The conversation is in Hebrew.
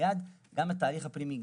גם התהליך הפנימי,